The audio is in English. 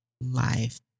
life